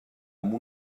amb